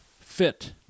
fit